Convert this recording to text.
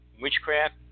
Witchcraft